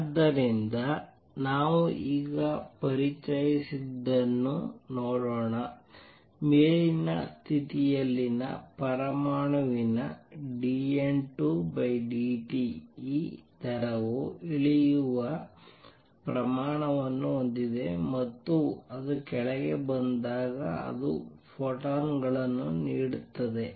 ಆದ್ದರಿಂದ ನಾವು ಈಗ ಪರಿಚಯಿಸಿದ್ದನ್ನು ನೋಡೋಣ ಮೇಲಿನ ಸ್ಥಿತಿಯಲ್ಲಿನ ಪರಮಾಣುವಿನ dN2 dt ಈ ದರವು ಇಳಿಯುವ ಪ್ರಮಾಣವನ್ನು ಹೊಂದಿದೆ ಮತ್ತು ಅದು ಕೆಳಗೆ ಬಂದಾಗ ಅದು ಫೋಟಾನ್ ಗಳನ್ನು ನೀಡುತ್ತದೆ